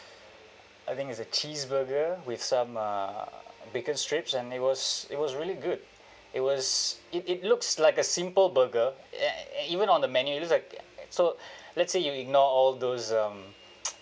I think is a cheeseburger with some uh bacon strips and it was it was really good it was it it looks like a simple burger e~ even on the menu it looks like so let's say you ignore all those um